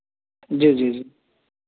जी जी जी